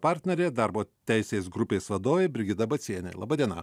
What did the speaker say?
partnerė darbo teisės grupės vadovė brigita bacienė laba diena